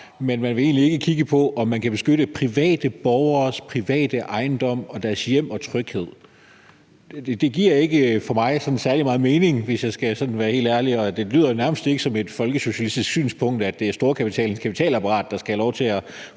men at man egentlig ikke vil kigge på, om man kan beskytte private borgeres private ejendom og deres hjem og tryghed. Det giver for mig at se ikke sådan særlig meget mening, hvis jeg skal være helt ærlig, og det lyder jo nærmest ikke som et folkesocialistisk synspunkt, altså at det er storkapitalens kapitalapparat, der skal have lov til at